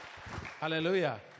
Hallelujah